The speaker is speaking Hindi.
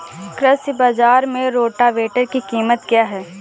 कृषि बाजार में रोटावेटर की कीमत क्या है?